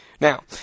Now